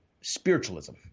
spiritualism